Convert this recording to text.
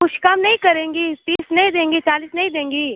कुछ कम नहीं करेंगी तीस नहीं देंगी चालीस नहीं देंगी